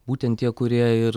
būtent tie kurie ir